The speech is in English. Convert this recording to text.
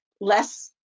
less